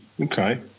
Okay